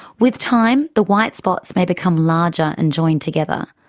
with time, the white spots may become larger and join together,